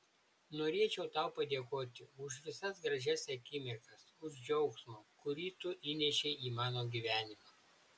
norėčiau tau padėkoti už visas gražias akimirkas už džiaugsmą kurį tu įnešei į mano gyvenimą